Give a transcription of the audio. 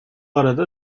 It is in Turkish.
arada